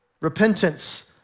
repentance